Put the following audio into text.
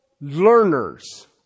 learners